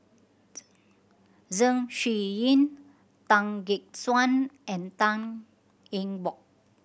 Zeng Shouyin Tan Gek Suan and Tan Eng Bock